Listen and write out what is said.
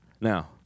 Now